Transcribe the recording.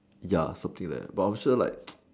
ya something like that but I am sure like